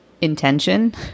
intention